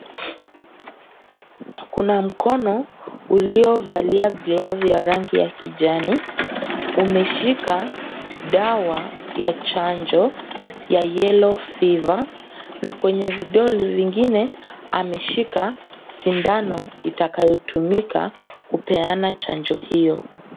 Kuna mkono uliovalia glavu ya rangi ya kijani. Umeshika dawa ya chanjo ya Yellow Fever na kwenye vidole vingine ameshika sindano itakayotumika kupeana chanjo hiyo.